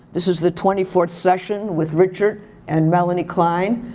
this is the twenty fourth session with richard and melanie klein.